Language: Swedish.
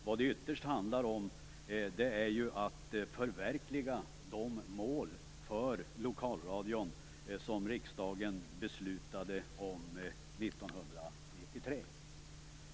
Vad det ytterst handlar om är att förverkliga de mål för lokalradion som riksdagen beslutade om 1993.